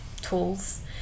tools